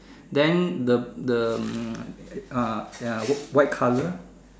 then the the hmm ah ya white color